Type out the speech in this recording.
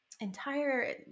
entire